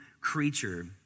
creature